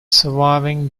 surviving